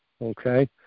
Okay